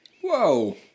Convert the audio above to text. Whoa